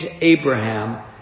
Abraham